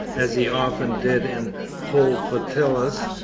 as he often did in whole flotillas,